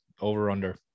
over-under